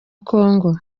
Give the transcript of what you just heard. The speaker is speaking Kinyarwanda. congo